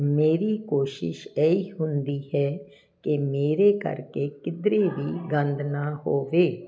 ਮੇਰੀ ਕੋਸ਼ਿਸ਼ ਇਹੀ ਹੁੰਦੀ ਹੈ ਕਿ ਮੇਰੇ ਕਰਕੇ ਕਿਧਰੇ ਵੀ ਗੰਦ ਨਾ ਹੋਵੇ